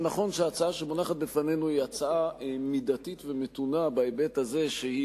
נכון שההצעה שמונחת בפנינו היא הצעה מידתית ומתונה מבחינה זו שהיא